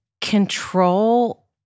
control